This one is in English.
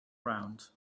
round